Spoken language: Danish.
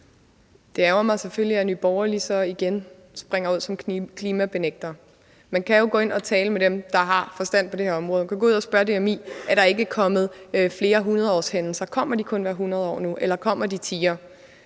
Det ærgrer mig selvfølgelig, at Nye Borgerlige så igen springer ud som klimakrisebenægtere. Man kan jo gå ud at tale med dem, der har forstand på det her område. Man kan gå ud at spørge DMI, om der ikke er kommet flere 100-årshændelser – kommer de kun hvert 100. år nu, eller kommer de tiere?